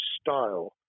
style